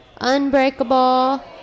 Unbreakable